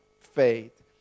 faith